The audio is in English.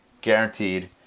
guaranteed